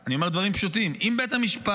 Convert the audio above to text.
אני אומר דברים פשוטים: אם בית המשפט